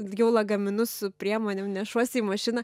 jau lagaminus su priemonėm nešuosi į mašiną